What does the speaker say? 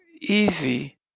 easy